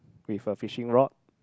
with a fishing rod